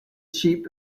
sheep